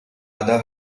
other